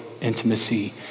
intimacy